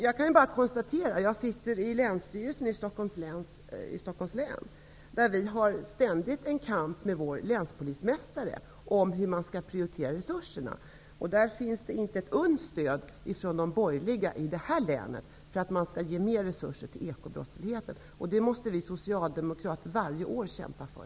Jag sitter i länsstyrelsen i Stockholms län. Vi för ständigt en kamp med länets länspolismästare om hur man skall prioritera resurserna. Det finns inte ett uns stöd från de borgerliga i detta län för att man skall ge mer resurser till att bekämpa ekobrottsligheten. Det måste vi socialdemokrater varje år kämpa för.